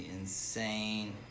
insane